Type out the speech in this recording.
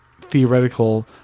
theoretical